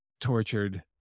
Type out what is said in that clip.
tortured